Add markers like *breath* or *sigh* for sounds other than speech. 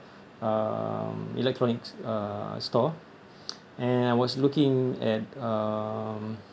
um electronics uh store *breath* and was looking at um